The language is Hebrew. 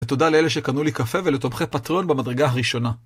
ותודה לאלה שקנו לי קפה ולתומכי פטרון במדרגה הראשונה.